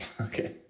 okay